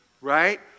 right